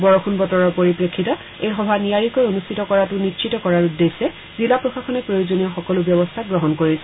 বৰষূণ বতৰৰ পৰিপ্ৰেক্ষিতত এই সভা নিয়াৰিকৈ অনুষ্ঠিত কৰাটো নিশ্চিত কৰাৰ উদ্দেশ্যে জিলা প্ৰশাসনে প্ৰয়োজনীয় সকলো ব্যৱস্থা গ্ৰহণ কৰিছে